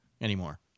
anymore